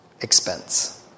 expense